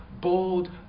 bold